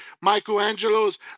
Michelangelo's